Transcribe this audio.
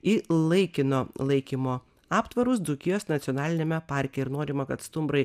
į laikino laikymo aptvarus dzūkijos nacionaliniame parke ir norima kad stumbrai